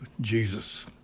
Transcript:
Jesus